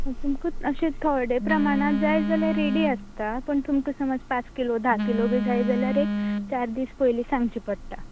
तुमका अशें थोडे प्रमाणात जाय जाल्यार रेडी आसतात पुण तुमका समज पांच किलो धा किलो बी जाय जाल्यार एक चार दीस पयली सांगचे पडटा